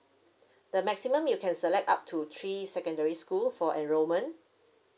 the maximum you can select up to three secondary school for enrolment